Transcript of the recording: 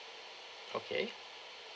okay